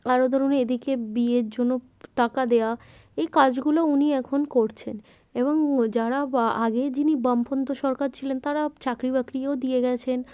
আরও ধরুন এদিকে বিয়ের জন্য টাকা দেয়া এই কাজগুলো উনি এখন করছেন এবং যারা আগে যিনি বামপন্থী সরকার ছিলেন তারা চাকরি বাকরিও দিয়ে গিয়েছেন